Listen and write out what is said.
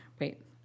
Wait